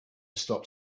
stop